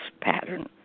pattern